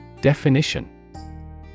Definition